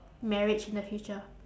marriage in the future